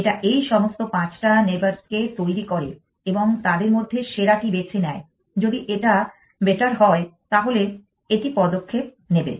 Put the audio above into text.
এটা এই সমস্ত পাঁচটা নেইবার্স কে তৈরী করে এবং তাদের মধ্যে সেরাটি বেছে নেয় যদি এটা বেটার হয় তাহলে এটি পদক্ষেপ নেবে